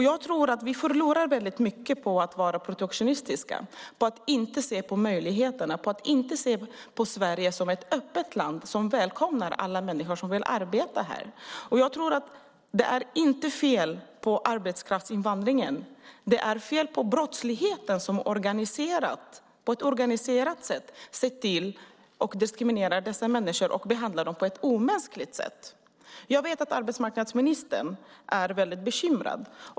Jag tror att vi förlorar väldigt mycket på att vara protektionistiska, att inte se möjligheterna och inte se på Sverige som ett öppet land som välkomnar alla människor som vill arbeta här. Det är inte fel på arbetskraftsinvandringen, utan det är fel på brottsligheten som på ett organiserat sätt diskriminerar dessa människor och behandlar dem på ett omänskligt sätt. Jag vet att arbetsmarknadsministern är bekymrad.